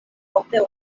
ofte